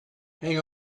hang